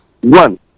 one